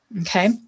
Okay